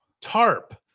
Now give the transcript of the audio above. tarp